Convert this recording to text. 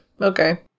Okay